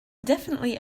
definitely